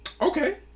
Okay